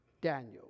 Daniel